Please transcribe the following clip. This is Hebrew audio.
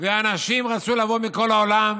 ואנשים רצו לבוא מכל העולם: